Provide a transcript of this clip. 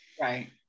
right